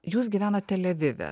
jūs gyvenat tel avive